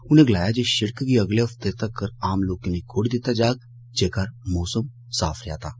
उनें गलाया जे शिड़क गी अगले हफ्ते तगर आम लोकें लेई खोली दित्ता जाग जेकर मौसम साफ रेआ तां